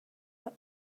but